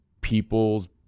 people's